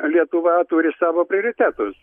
lietuva turi savo prioritetus